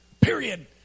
Period